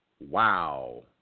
Wow